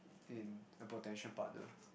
in a potential partner